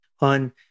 on